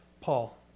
Paul